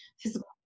physical